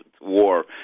war